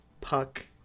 puck